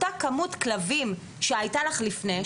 אותה כמות כלבים שהייתה לך לפני,